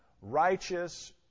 righteous